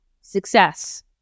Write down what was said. success